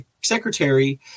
secretary